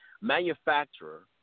manufacturer